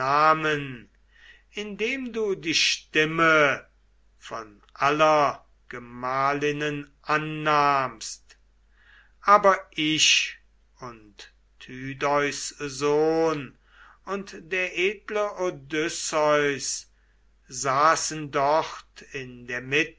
indem du die stimme von aller gemahlinnen annahmst aber ich und tydeus sohn und der edle odysseus saßen dort in der mitte